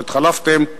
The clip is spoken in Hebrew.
התחלפתם,